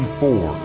four